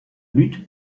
lutte